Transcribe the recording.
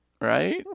right